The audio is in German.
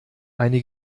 eine